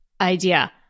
idea